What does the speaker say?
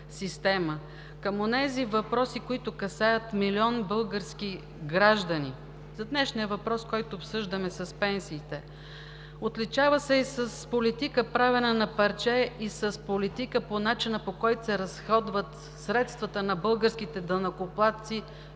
към онези въпроси, които касаят милион български граждани, като днешния въпрос за пенсиите, който обсъждаме. Отличава се и с политика, правена на парче, и с политика по начина, по който се разходват средствата на българските данъкоплатци